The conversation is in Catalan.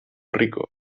rico